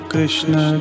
Krishna